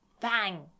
Bang